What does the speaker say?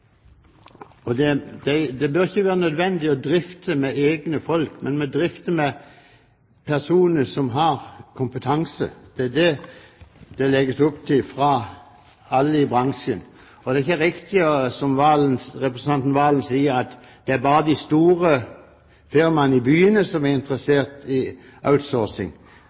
Serigstad Valens syn på. Det bør ikke være nødvendig å drifte med egne folk, men med personer som har kompetanse. Det er det det legges opp til fra alle i bransjen. Det er ikke riktig som representanten Serigstad Valen sier, at det er bare de store firmaene i byene som er interesserte i